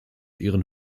ihren